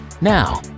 Now